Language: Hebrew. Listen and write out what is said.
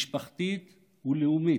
משפחתית ולאומית,